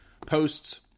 posts